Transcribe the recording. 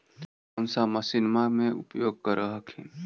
कौन सा मसिन्मा मे उपयोग्बा कर हखिन?